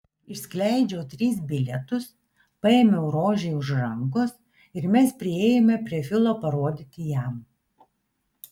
išskleidžiau tris bilietus paėmiau rožei už rankos ir mes priėjome prie filo parodyti jam